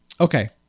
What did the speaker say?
okay